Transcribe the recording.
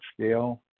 scale